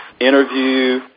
interview